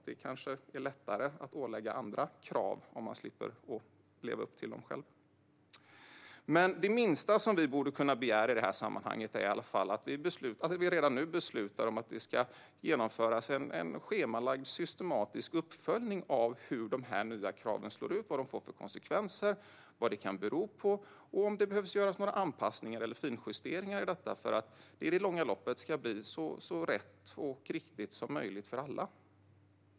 Det kanske är lättare att ålägga andra vissa krav om man slipper leva upp till dem själv. Det minsta man borde kunna begära i det här sammanhanget är att vi redan nu beslutar om att det ska genomföras en schemalagd och systematisk uppföljning av hur de här nya kraven slår, vad de får för konsekvenser, vad det kan bero på och om det behöver göras några anpassningar eller finjusteringar för att det i det långa loppet ska bli så rätt och riktigt som möjligt för alla.